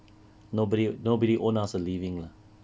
nobody nobody owe us a living lah